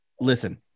Listen